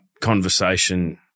conversation